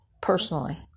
personally